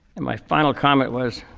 and my final comment was